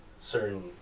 certain